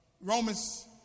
Romans